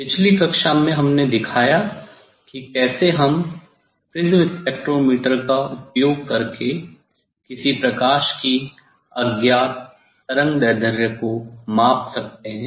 पिछली कक्षा में हमने दिखाया कि कैसे हम प्रिज्म स्पेक्ट्रोमीटर का उपयोग करके किसी प्रकाश की अज्ञात तरंगदैर्ध्य को माप सकते हैं